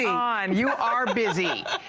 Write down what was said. yeah on you are busy!